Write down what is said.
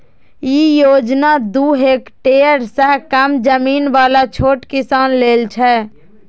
ई योजना दू हेक्टेअर सं कम जमीन बला छोट किसान लेल छै